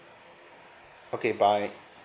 okay bye